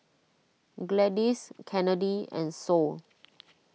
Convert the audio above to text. Gladis Kennedy and Sol